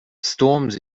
storms